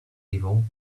evil